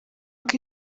uko